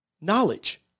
Knowledge